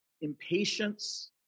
Impatience